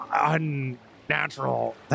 unnatural